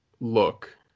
look